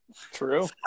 true